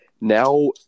Now